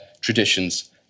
traditions